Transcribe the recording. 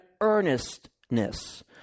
earnestness